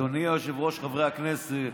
אדוני היושב-ראש, חברי הכנסת,